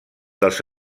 dels